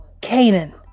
Canaan